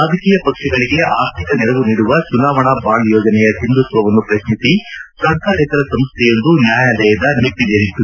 ರಾಜಕೀಯ ಪಕ್ಷಗಳಿಗೆ ಆರ್ಥಿಕ ನೆರವು ನೀಡುವ ಚುನಾವಣಾ ಬಾಂಡ್ ಯೋಜನೆಯ ಸಿಂಧುತ್ವವನ್ನು ಪ್ರಸ್ನಿಸಿ ಸರ್ಕಾರೇತರ ಸಂಸ್ಥೆಯೊಂದು ನ್ಯಾಯಾಲಯದ ಮೆಟ್ಟಲೇರಿತ್ತು